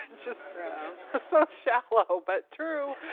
which is so shallow, but true.